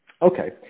Okay